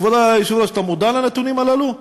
כבוד היושב-ראש, אתה מודע לנתונים הללו?